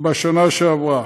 בשנה שעברה.